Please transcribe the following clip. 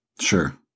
Sure